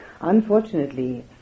unfortunately